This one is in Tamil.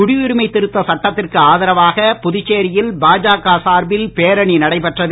குடியுரிமை திருத்த சட்டத்திற்கு ஆதரவாக புதுச்சேரியில் பாஜக சார்பில் பேரணி நடைபெற்றது